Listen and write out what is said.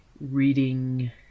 reading